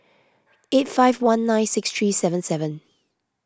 eight five one nine six three seven seven